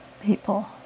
people